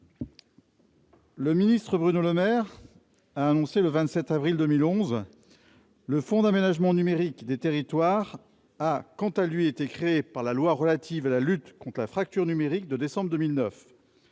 ce que Bruno Le Maire a annoncé le 27 avril 2011 :« Le Fonds d'aménagement numérique des territoires, FANT, a, quant à lui, été créé par la loi relative à la lutte contre la fracture numérique de décembre 2009.